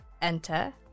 enter